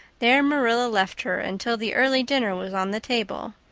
there marilla left her until the early dinner was on the table.